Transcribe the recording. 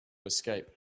escape